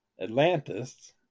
Atlantis